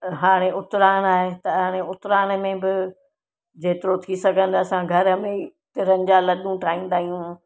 हाणे उतराणु आहे त हाणे उतराण में बि जेतिरो थी सघंदा असां घर में ई तिरनि जा लड्डूं ठाहींदा आहियूं